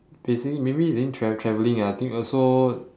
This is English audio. basically maybe then tra~ travelling ah I think also